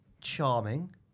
charming